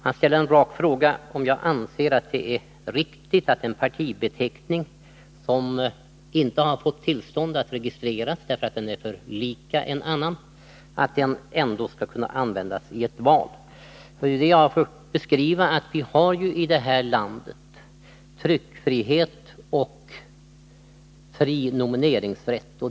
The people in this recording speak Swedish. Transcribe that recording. Han ställer en rak fråga, om jag anser att det är riktigt att en partibeteckning skall kunna användas i ett val, trots att den inte fått tillstånd att registreras därför att den är för lika en annan. Jag har försökt beskriva att vi här i landet har tryckfrihet och fri nomineringsrätt.